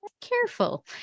Careful